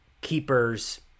keeper's